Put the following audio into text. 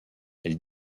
elle